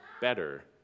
better